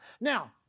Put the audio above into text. Now